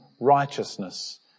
righteousness